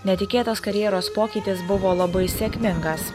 netikėtas karjeros pokytis buvo labai sėkmingas